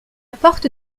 porte